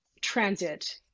transit